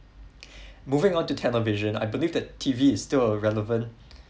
moving on to television I believe that T_V is still a relevant